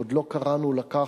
שעוד לא קראנו לה כך,